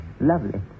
lovely